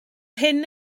hyn